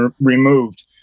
removed